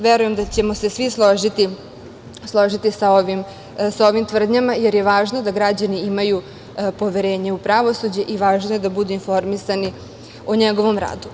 Verujem da ćemo se svi složiti sa ovim tvrdnjama, jer je važno da građani imaju poverenje u pravosuđe i važno je da budu informisani o njegovom radu.